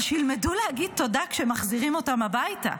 אבל שילמדו להגיד תודה כשמחזירים אותם הביתה.